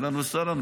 אהלן וסהלן,